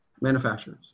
manufacturers